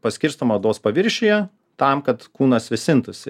paskirstoma odos paviršiuje tam kad kūnas vėsintųsi